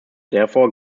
therefore